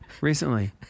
recently